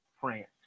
France